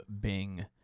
Bing